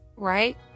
right